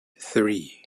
three